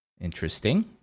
Interesting